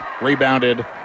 rebounded